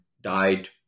died